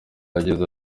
yagize